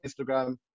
Instagram